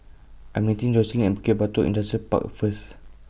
I Am meeting Jocelyne At Bukit Batok Industrial Park First